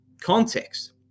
context